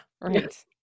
Right